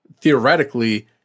theoretically